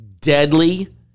deadly